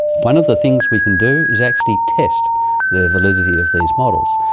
one of the things we can do is actually test the validity of these models.